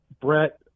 Brett